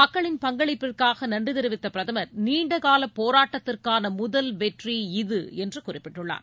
மக்களின் பங்களிப்பிற்காக நன்றி தெரிவித்த பிரதமர் நீண்ட கால போராட்டத்திற்கான முதல் வெற்றி இது என்று குறிப்பிட்டுள்ளார்